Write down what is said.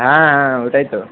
হ্যাঁ হ্যাঁ ওটাই তো